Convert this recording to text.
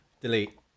delete